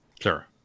Sure